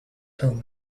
whom